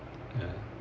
ya